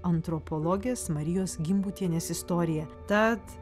antropologės marijos gimbutienės istorija tad